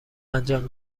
انجام